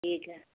ٹھیک ہے